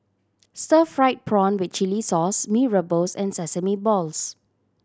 stir fried prawn with chili sauce Mee Rebus and sesame balls